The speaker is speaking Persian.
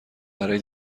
برای